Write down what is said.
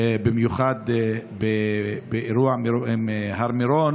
במיוחד באירועי הר מירון.